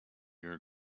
her